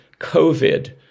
COVID